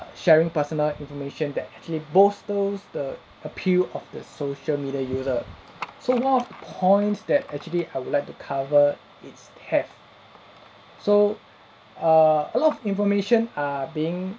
sharing personal information that actually bolsters the appeal of the social media user so more points that actually I would like to cover its have so err a lot of information are being